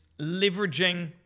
leveraging